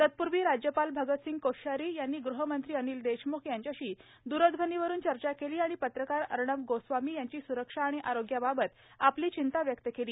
तत्पूर्वी राज्यपाल भगतसिंह कोश्यारी यांनी गुहमंत्री अनिल देशम्ख यांच्याशी द्रध्वनीवरून चर्चा केली आणि पत्रकार अर्णब गोस्वामी यांची स्रक्षा आणि आरोग्याबाबत आपली चिंता व्यक्त केली